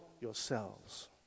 yourselves